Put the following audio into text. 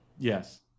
Yes